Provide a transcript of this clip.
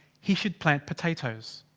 he should plant potatoes.